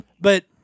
But-